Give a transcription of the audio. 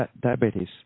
diabetes